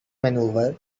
maneuver